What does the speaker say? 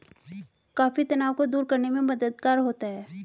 coffee तनाव को दूर करने में मददगार होता है